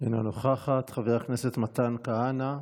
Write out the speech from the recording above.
אינה נוכחת, חבר הכנסת מתן כהנא,